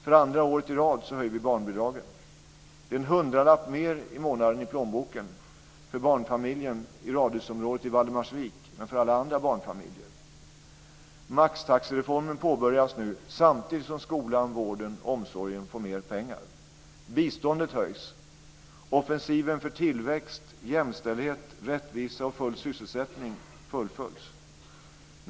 För andra året i rad höjer vi barnbidragen. Det är en hundralapp mer i månaden i plånboken för barnfamiljen i radhusområdet i Valdemarsvik, och också för alla andra barnfamiljer. Maxtaxereformen påbörjas nu, samtidigt som skolan, vården och omsorgen får mer pengar. Biståndet höjs. Offensiven för tillväxt, jämställdhet, rättvisa och full sysselsättning fullföljs.